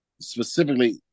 Specifically